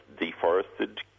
deforested